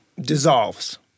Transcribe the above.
dissolves